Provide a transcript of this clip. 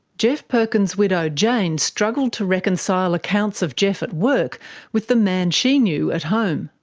geoff perkins' widow jane struggled to reconcile accounts of geoff at work with the man she knew at home.